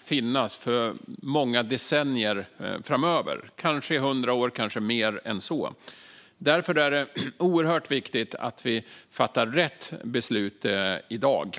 finnas i många decennier framöver, kanske i hundra år eller mer än så. Därför är det oerhört viktigt att vi fattar rätt beslut i dag.